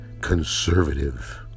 conservative